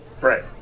right